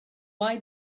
why